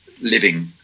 living